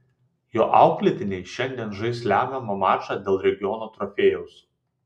jo auklėtiniai šiandien žais lemiamą mačą dėl regiono trofėjaus